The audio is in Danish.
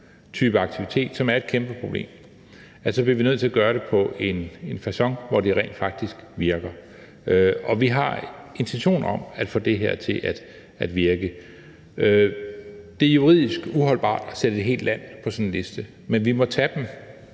type aktivitet, som er et kæmpeproblem, bliver vi nødt til at gøre det på en facon, som rent faktisk virker, og vi har en intention om at få det her til at virke. Det er juridisk uholdbart at sætte et helt land på sådan en liste, men vi må tage det